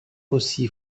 aussi